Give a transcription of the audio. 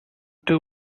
two